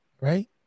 right